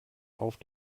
auf